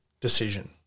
decision